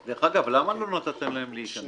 דרך אגב, למה לא נתתם להם להיכנס?